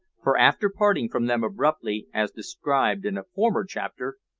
for, after parting from them abruptly, as described in a former chapter,